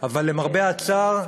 אבל למרבה הצער,